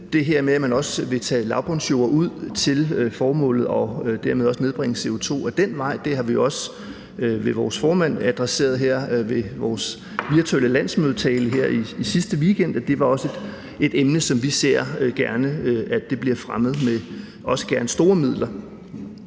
det her med, at man også vil tage lavbundsjorder ud til formålet og dermed også nedbringe CO2 ad den vej, hvilket vi også ved vores formand har adresseret her ved vores virtuelle landsmødetale her i sidste weekend, og det var også et emne, som vi gerne ser bliver fremmet med også gerne store midler.